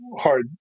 hard